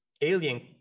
alien